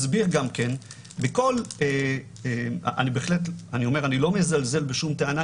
אני לא מזלזל בשום טענה,